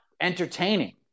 entertaining